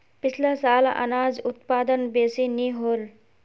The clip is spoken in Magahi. पिछला साल अनाज उत्पादन बेसि नी होल